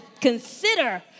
consider